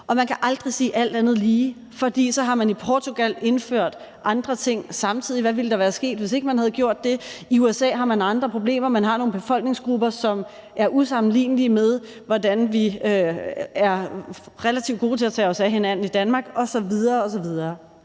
og man kan aldrig sige »alt andet lige«, for så har de i Portugal indført andre ting samtidig, og hvad ville der være sket, hvis de ikke havde gjort det? I USA har man andre problemer. Man har nogle befolkningsgrupper, som er usammenlignelige med, hvordan vi er relativt gode til at tage os af hinanden i Danmark osv. osv.